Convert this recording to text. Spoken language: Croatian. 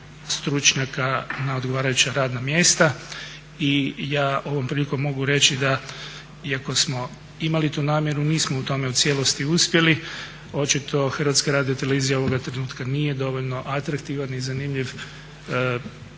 stručnjaka na odgovarajuća radna mjesta i ja ovom prilikom mogu reći da iako smo imali tu namjeru nismo u tome u cijelosti uspjeli. Očito HRT ovoga trenutka nije dovoljno atraktivan i zanimljiv